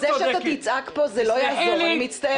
זה שאתה תצעק פה זה לא יעזור, אני מצטערת.